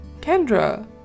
Kendra